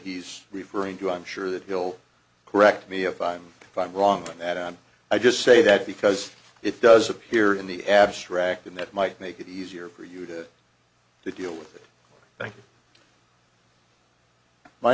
he's referring to i'm sure that will correct me if i'm wrong on that on i just say that because it does appear in the abstract and that might make it easier for you to deal with it